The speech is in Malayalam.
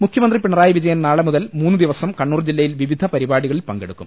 മുഖ്യമന്ത്രി പിണറായി വിജയൻ നാളെ മുതൽ മൂന്നു ദിവസം കണ്ണൂർ ജില്ലയിൽ വിവിധ പരിപാടികളിൽ പ്രങ്കെടുക്കും